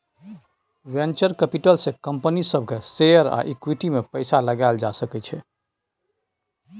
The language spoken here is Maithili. वेंचर कैपिटल से कंपनी सब के शेयर आ इक्विटी में पैसा लगाएल जा सकय छइ